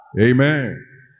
Amen